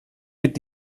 wird